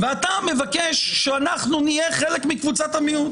אתה מבקש שאנחנו נהיה חלק מקבוצת המיעוט.